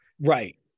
right